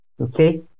okay